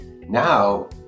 now